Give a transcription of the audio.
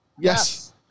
Yes